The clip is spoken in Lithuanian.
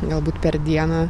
galbūt per dieną